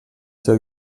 seu